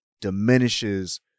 diminishes